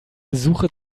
suche